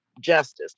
justice